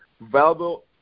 valuable